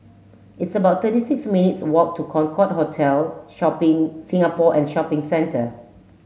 it's about thirty six minutes' walk to Concorde Hotel Shopping Singapore and Shopping Centre